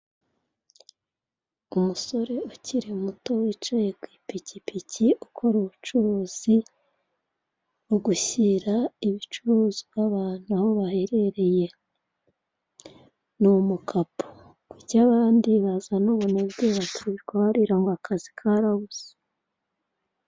Umusore ukiri muto wicaye kw'ipikipiki ukora ubucuruzi bwo gushyira ibicuruzwa abantu aho baherereye. Ni umukapo, kuki abandi bazana ubunebwe bakirirwa barira ngo akazi karabuze.